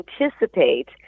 anticipate